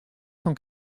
cent